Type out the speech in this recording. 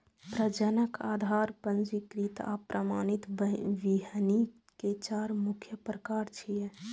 प्रजनक, आधार, पंजीकृत आ प्रमाणित बीहनि के चार मुख्य प्रकार छियै